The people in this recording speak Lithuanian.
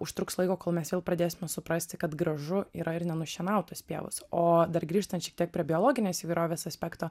užtruks laiko kol mes vėl pradėsime suprasti kad gražu yra ir nenušienautos pievos o dar grįžtant šiek tiek prie biologinės įvairovės aspekto